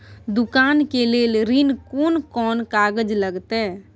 दुकान के लेल ऋण कोन कौन कागज लगतै?